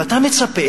ואתה מצפה,